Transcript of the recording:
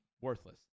worthless